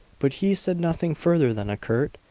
but he said nothing further than a curt,